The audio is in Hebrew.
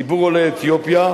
ציבור עולי אתיופיה,